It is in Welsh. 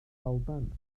alban